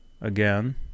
again